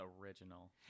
original